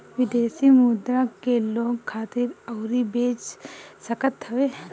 विदेशी मुद्रा के लोग खरीद अउरी बेच सकत हवे